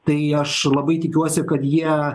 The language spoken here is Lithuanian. tai aš labai tikiuosi kad jie